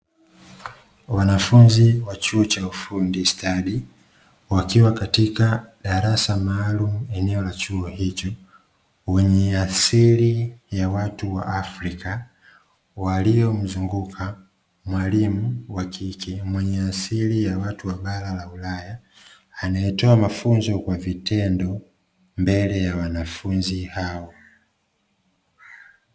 Wanafunzi wa chuo cha ufundi stadi wakiwa katika darasa maalumu eneo la chuo hicho wenye asili ya watu wa Africa walio mzunguka mwalimu wakike mwenye asili ya watu bara la ulaya anaetoa mafunzo kwa vitendo mbele ya Wanafunzi.